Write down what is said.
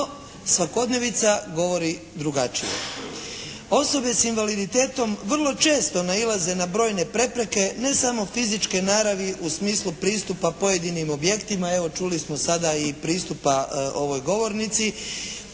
No, svakodnevica govori drugačije. Osobe sa invaliditetom vrlo često nailaze na brojne prepreke ne samo fizičke naravi u smislu pristupa pojedinim objektima, evo čuli smo sada i pristupa ovoj govornici,